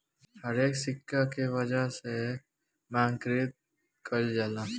हरेक सिक्का के वजन के मानकीकृत कईल जाला